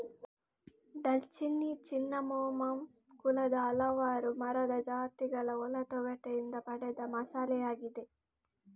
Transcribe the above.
ದಾಲ್ಚಿನ್ನಿ ಸಿನ್ನಮೋಮಮ್ ಕುಲದ ಹಲವಾರು ಮರದ ಜಾತಿಗಳ ಒಳ ತೊಗಟೆಯಿಂದ ಪಡೆದ ಮಸಾಲೆಯಾಗಿದೆ